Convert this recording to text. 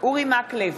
אורי מקלב,